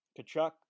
Kachuk